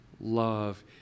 love